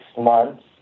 months